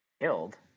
killed